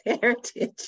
heritage